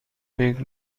فکر